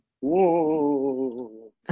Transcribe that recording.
whoa